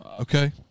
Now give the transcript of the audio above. Okay